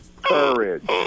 Courage